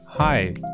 Hi